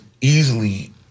easily